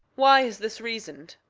why is this reason'd?